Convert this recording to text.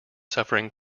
suffering